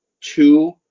two